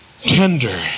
Tender